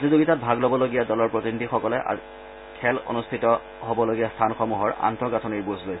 প্ৰতিযোগিতাত ভাগ লবলগীয়া দলৰ প্ৰতিনিধিসকলে আজি খেল অনুষ্ঠিত হবলগীয়া স্থানসমূহৰ আন্তঃগাঁথনিৰ বুজ লয়